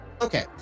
Okay